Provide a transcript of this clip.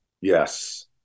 Yes